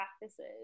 practices